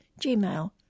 gmail